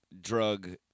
drug